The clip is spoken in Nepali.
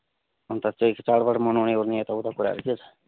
अन्त चाहिँ चाडबाड मनाउनेओर्ने यताउता कुराहरू के छ